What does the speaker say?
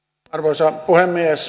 arvoisa puhemies